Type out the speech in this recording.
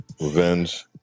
revenge